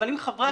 אבל אם חברי